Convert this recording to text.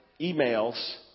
emails